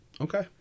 Okay